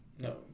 No